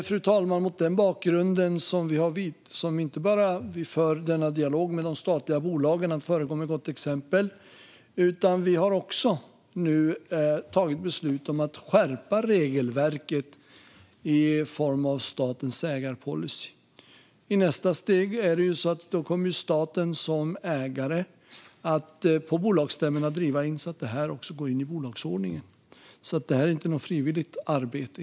Det är mot den bakgrunden som vi inte bara för en dialog med de statliga bolagen om att föregå med gott exempel utan nu också har fattat beslut om att skärpa regelverket i form av statens ägarpolicy. I nästa steg kommer staten som ägare att på bolagsstämmorna driva att detta också går in i bolagsordningen. Det är inte något frivilligt arbete.